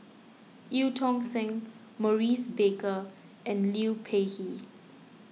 Eu Tong Sen Maurice Baker and Liu Peihe